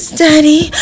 daddy